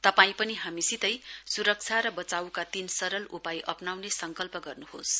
तपाईं पनि हामीसितै सुरक्षा र बचाईका तीन सरल उपाय अप्नाउने संकल्प गर्नुहोस